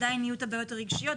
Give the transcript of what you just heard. אז עדיין יהיו הבעיות הרגשיות,